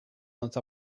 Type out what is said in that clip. not